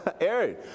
Aaron